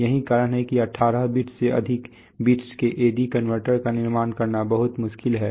यही कारण है कि 18 बिट्स से अधिक बिट्स के एडी कन्वर्टर्स का निर्माण करना बहुत मुश्किल है